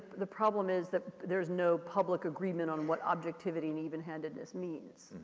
the problem is that there is no public agreement on what objectivity and evenhandedness means.